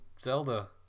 Zelda